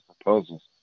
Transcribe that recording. proposals